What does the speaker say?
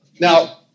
Now